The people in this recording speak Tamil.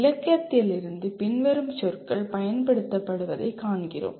இலக்கியத்திலிருந்து பின்வரும் சொற்கள் பயன்படுத்தப்படுவதைக் காண்கிறோம்